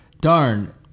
darn